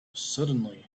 suddenly